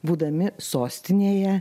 būdami sostinėje